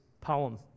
poem